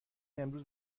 امروز